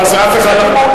חס וחלילה.